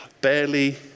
barely